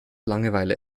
langeweile